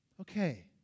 Okay